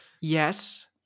yes